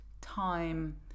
time